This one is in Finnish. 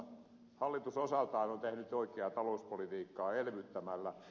hallitus osaltaan on tehnyt oikeaa talouspolitiikkaa elvyttämällä